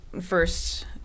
first